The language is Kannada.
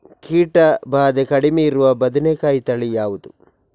ಕೀಟ ಭಾದೆ ಕಡಿಮೆ ಇರುವ ಬದನೆಕಾಯಿ ತಳಿ ಯಾವುದು?